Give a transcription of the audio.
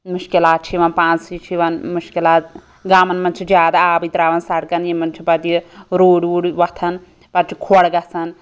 مُشکِلات چھِ یوان پانسے چھِ یوان مُشکِلات گامَن مَنٛز چھِ زیادٕ آبے ترٛاوان سَڑکَن یمن چھِ پَتہٕ یہِ روٗڑۍ ووٗڑۍ وۄتھان پَتہٕ چھُ کھۅڈ گَژھان